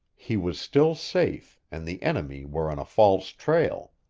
he was still safe and the enemy were on a false trail.